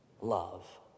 love